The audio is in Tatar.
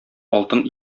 алтын